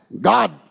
God